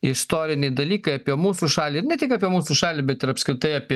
istoriniai dalykai apie mūsų šalį ne tik apie mūsų šalį bet ir apskritai apie